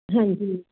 ਹਾਂਜੀ